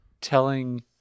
telling